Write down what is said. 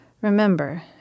remember